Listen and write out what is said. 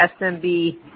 SMB